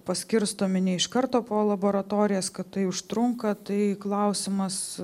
paskirstomi ne iš karto po laboratorijas kad tai užtrunka tai klausimas